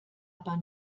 aber